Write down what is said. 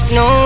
no